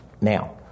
now